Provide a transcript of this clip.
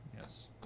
Yes